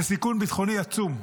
זה סיכון ביטחוני עצום,